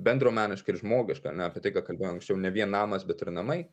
bendruomeniška ir žmogiška ar ne apie tai ką kalbėjom anksčiau ne vien namas bet ir namai